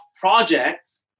projects